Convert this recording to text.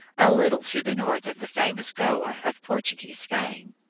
a little to the north of the famous goa of portuguese fame.